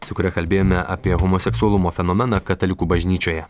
su kuria kalbėjome apie homoseksualumo fenomeną katalikų bažnyčioje